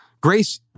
Grace